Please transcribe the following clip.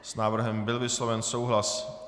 S návrhem byl vysloven souhlas.